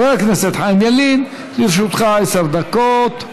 חבר הכנסת חיים ילין, לרשותך עשר דקות.